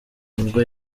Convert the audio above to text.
nibwo